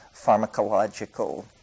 pharmacological